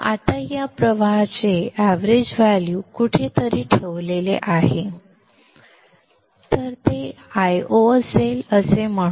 आता या करंट चे एवरेज व्हॅल्यू येथे कुठेतरी ठेवले आहे आणि ते Io असेल असे म्हणू